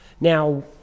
Now